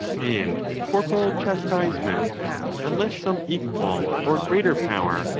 and corporal chastisement unless some equal or greater power,